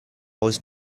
was